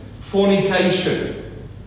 Fornication